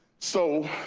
so